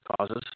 causes